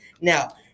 Now